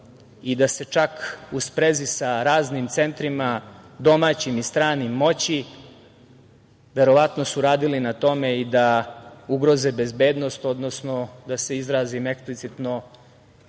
i da se čak u sprezi sa raznim centrima, domaćim i stranim, moći, verovatno su radili na tome i da ugroze bezbednost, odnosno da se izrazim eksplicitno,